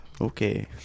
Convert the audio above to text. Okay